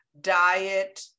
diet